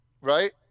right